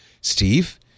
Steve